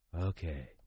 okay